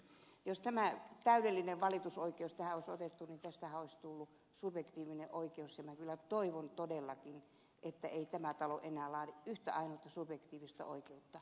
jos tämä täydellinen valitusoikeus tähän olisi otettu niin tästähän olisi tullut subjektiivinen oikeus ja minä kyllä toivon todellakin että tämä talo ei enää laadi yhtä ainutta subjektiivista oikeutta